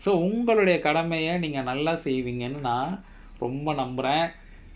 so உங்களுடைய கடமய நீங்க நல்லா செய்விங்கன்னு நா ரொம்ப நம்புர:ungaludaya kadamaya neenga nalla seivingannu naa romba nambura